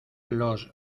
los